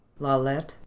Lalette